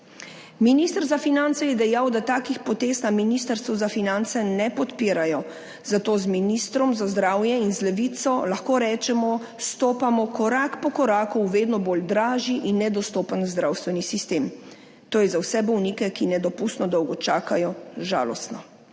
Minister za finance je dejal, da takih potez na Ministrstvu za finance ne podpirajo. Zato z ministrom za zdravje in z Levico, lahko rečemo, stopamo korak po koraku v vedno dražji in nedostopen zdravstveni sistem; to je za vse bolnike, ki nedopustno dolgo čakajo, žalostno.